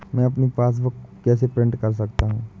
मैं अपनी पासबुक कैसे प्रिंट कर सकता हूँ?